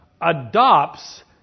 adopts